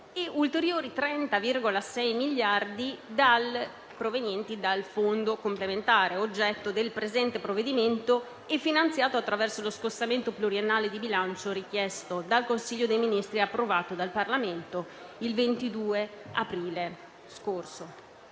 ulteriori 30,6 miliardi provenienti dal Fondo complementare approvato dall'articolo 1, finanziato attraverso lo scostamento pluriennale di bilancio richiesto dal Consiglio dei ministri ed approvato dal Parlamento il 22 aprile scorso